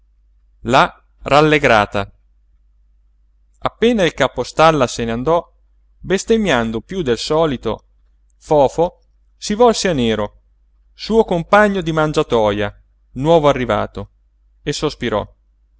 appena il capostalla se n'andò bestemmiando piú del solito fofo si volse a nero suo compagno di mangiatoja nuovo arrivato e sospirò